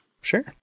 sure